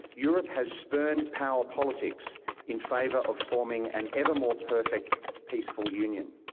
europe has spurned power politics in favour of forming an ever more perfect, peaceful union.